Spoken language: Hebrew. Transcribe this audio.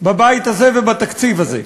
בבית הזה ובתקציב הזה.